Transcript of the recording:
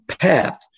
path